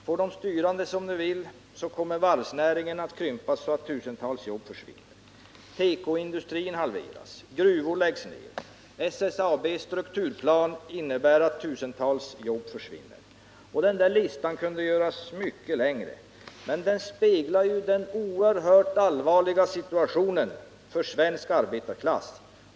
Får de styrande som de vill kommer varvsnäringen att krympas så att tusentals jobb försvinner, tekoindustrin halveras, gruvor läggs ner, SSAB:s strukturplan innebär att tusentals arbeten försvinner. Listan kunde göras mycket längre, men den speglar den oerhört allvarliga situationen för svensk arbetarklass.